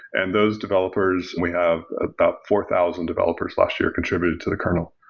and those developers, we have about four thousand developers last year contributed to the kernel.